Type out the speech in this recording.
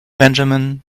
benjamin